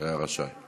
בבקשה,